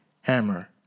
hammer